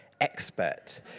expert